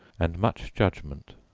and much judgment,